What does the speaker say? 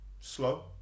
slow